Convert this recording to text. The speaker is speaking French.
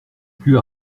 plus